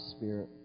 Spirit